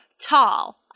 tall